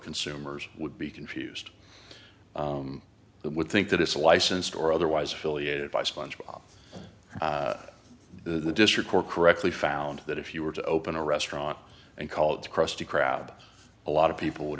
consumers would be confused would think that it's a licensed or otherwise affiliated by sponge bob the district court correctly found that if you were to open a restaurant and called the krusty krab a lot of people would